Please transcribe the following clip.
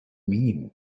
mean